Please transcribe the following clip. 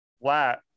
flat